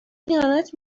خیانت